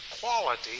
quality